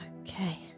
Okay